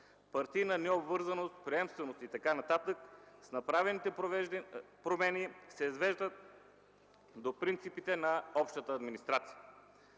партийна необвързаност, приемственост и така нататък, с направените промени се свеждат до принципите на общата администрация.